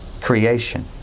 creation